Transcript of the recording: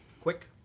Quick